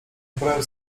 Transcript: wbrew